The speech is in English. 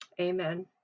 Amen